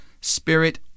spirit